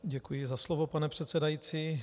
Děkuji za slovo, pane předsedající.